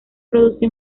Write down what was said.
produce